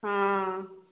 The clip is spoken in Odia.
ହଁ